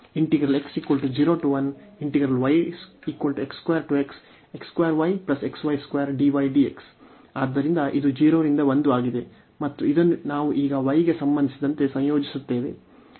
ಆದ್ದರಿಂದ ಇದು 0 ರಿಂದ 1 ಆಗಿದೆ ಮತ್ತು ಇದನ್ನು ನಾವು ಈಗ y ಗೆ ಸಂಬಂಧಿಸಿದಂತೆ ಸಂಯೋಜಿಸುತ್ತೇವೆ